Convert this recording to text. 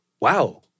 wow